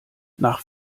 nach